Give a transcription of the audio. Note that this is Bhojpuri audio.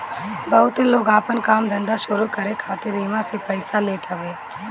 बहुते लोग आपन काम धंधा शुरू करे खातिर इहवा से पइया लेत हवे